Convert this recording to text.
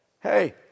hey